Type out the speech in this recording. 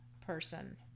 person